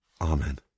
Amen